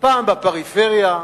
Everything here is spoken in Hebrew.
פעם בפריפריה.